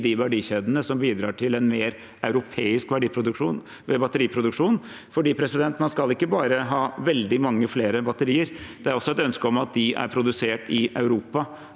verdikjedene som bidrar til mer europeisk batteriproduksjon, for man skal ikke bare ha veldig mange flere batterier, det er også et ønske om at de er produsert i Europa